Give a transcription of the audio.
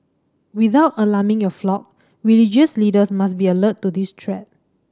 without alarming your flock religious leaders must be alert to this threat